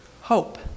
hope